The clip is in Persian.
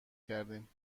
کردیم